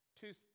Two